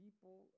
people